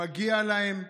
מגיע להם.